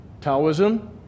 Taoism